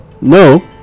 No